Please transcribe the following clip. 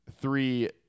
three